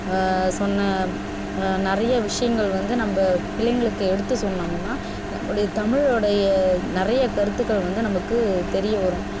சொன்ன நிறைய விஷயங்கள் வந்து நம்ம பிள்ளைங்களுக்கு எடுத்து சொன்னோம்னால் நம்மடைய தமிழுடைய நிறைய கருத்துக்கள் வந்து நமக்கு தெரிய வரும்